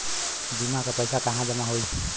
बीमा क पैसा कहाँ जमा होई?